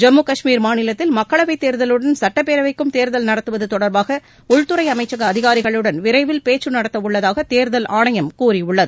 ஜம்மு கஷ்மீர் மாநிலத்தில் மக்களவைத் தேர்தலுடன் சட்டப்பேரவைக்கும் தேர்தல் நடத்துவது தொடர்பாக உள்துறை அமைச்சக அதிகாரிகளுடன் விரைவில் பேச்சு நடத்த உள்ளதாக தேர்தல் ஆணையம் கூறியுள்ளது